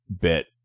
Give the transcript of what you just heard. bit